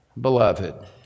Beloved